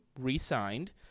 re-signed